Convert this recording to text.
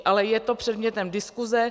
Ale je to předmětem diskuse.